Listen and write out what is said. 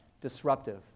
disruptive